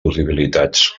possibilitats